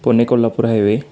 Pune Kolhapur highway